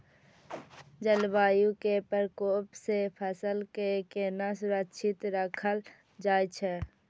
जलवायु के प्रकोप से फसल के केना सुरक्षित राखल जाय छै?